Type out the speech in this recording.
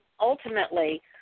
ultimately